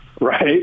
right